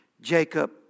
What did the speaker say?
Jacob